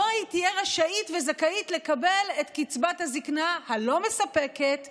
שבו היא תהיה רשאית וזכאית לקבל את קצבת הזקנה הלא-מספקת והלא-ראויה,